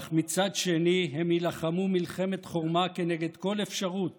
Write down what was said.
אך מצד שני הם יילחמו מלחמת חורמה כנגד כל אפשרות